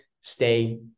stay